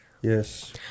yes